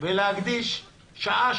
ולהקדיש שעה,